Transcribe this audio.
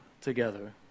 together